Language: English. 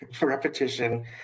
repetition